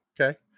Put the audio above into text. Okay